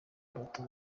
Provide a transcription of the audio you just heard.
bato